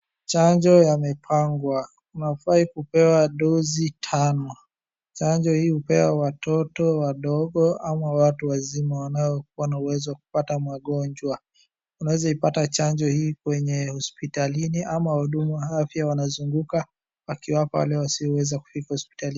Chanjo yamepangwa wafai kupewa dosi tano, chanjo hii hupewa watoto wadogo ama watu wazima wana uwezo wa kupata magonjwa, unaweza kuipata chanjo hii kwenye hospitalini ama wahudumu wanazunguka wakiwapa wasioweza kufika hospitalini .